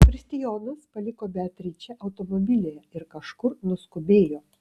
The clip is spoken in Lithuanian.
kristijonas paliko beatričę automobilyje ir kažkur nuskubėjo